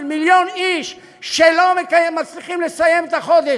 מיליון איש שלא מצליחים לסיים את החודש,